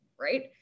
right